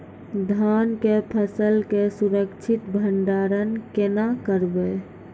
धान के फसल के सुरक्षित भंडारण केना करबै?